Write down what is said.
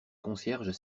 concierges